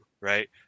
right